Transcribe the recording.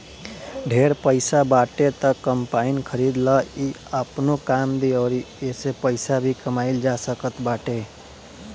ढेर पईसा बाटे त कम्पाईन खरीद लअ इ आपनो काम दी अउरी एसे पईसा भी कमाइल जा सकत बाटे